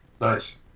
Nice